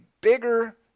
bigger